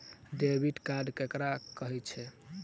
Debit card ककरा कहै छै?